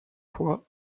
fois